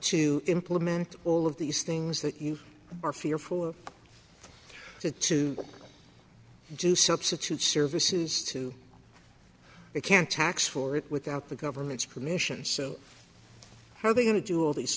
to implement all of these things that you are fearful of it to do substitute services to it can't tax for it without the government's permission so how are they going to do all these